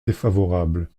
défavorables